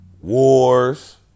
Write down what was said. Wars